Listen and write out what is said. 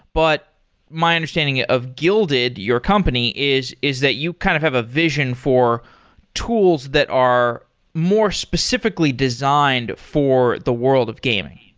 but my understanding of guilded, your company, is is that you kind of have a vision for tools that are more specifically designed for the world of gaming.